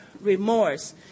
remorse